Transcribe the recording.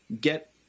get